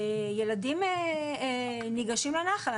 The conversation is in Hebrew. ילדים ניגשים לנחל.